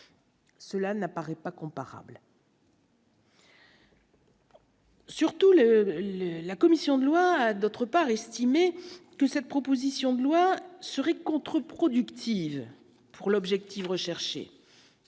cela n'apparaît pas comparables. Surtout, le, le, la commission de lois, d'autre part estimé que cette proposition de loi serait contre- productive pour l'objectif recherché